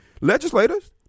legislators